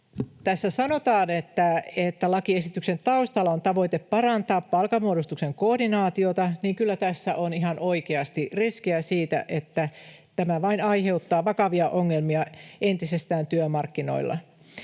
tässä sanotaan, että lakiesityksen taustalla on tavoite parantaa palkanmuodostuksen koordinaatiota, niin kyllä tässä on ihan oikeasti riskejä siitä, että tämä vain entisestään aiheuttaa vakavia ongelmia työmarkkinoilla.